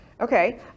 Okay